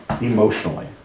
emotionally